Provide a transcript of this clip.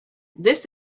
this